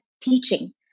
teaching